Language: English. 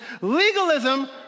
legalism